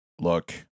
Look